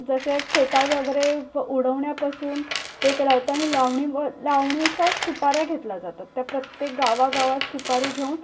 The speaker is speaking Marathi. जसे फेटा वगैरे व उडवण्यापासून हे केलं जातं आणि लावणी व लावणीच्या सुपाऱ्या घेतल्या जातात त्या प्रत्येक गावागावात सुपारी घेऊन